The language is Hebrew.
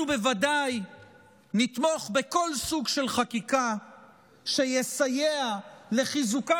אנחנו בוודאי נתמוך בכל סוג של חקיקה שיסייע לחיזוקה